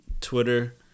Twitter